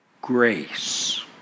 grace